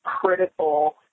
critical